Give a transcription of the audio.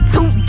Two